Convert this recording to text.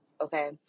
Okay